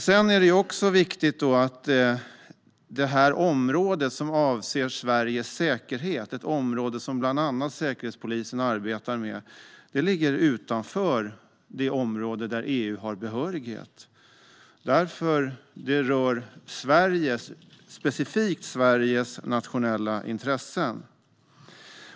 Sedan är det också viktigt att det här området som avser Sveriges säkerhet - ett område som bland annat Säkerhetspolisen arbetar med - ligger utanför det område där EU har behörighet därför att det specifikt rör Sveriges nationella intressen.